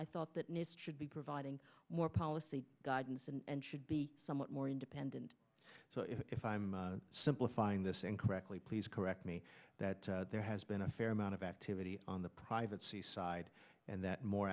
i thought that nist should be providing more policy guidance and should be somewhat more independent so if i'm simplifying this incorrectly please correct me that there has been a fair amount of activity on the privacy side and that more